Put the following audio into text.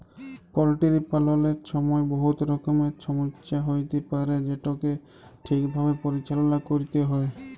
poultry পাললের ছময় বহুত রকমের ছমচ্যা হ্যইতে পারে যেটকে ঠিকভাবে পরিচাললা ক্যইরতে হ্যয়